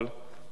כמובן,